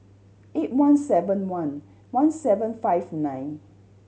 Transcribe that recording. eight one seven one one seven five nine